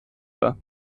war